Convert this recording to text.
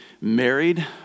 married